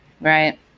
Right